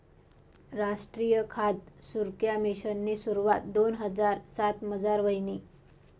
रासट्रीय खाद सुरक्सा मिशननी सुरवात दोन हजार सातमझार व्हयनी